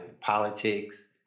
politics